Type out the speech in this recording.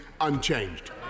unchanged